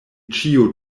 ĉio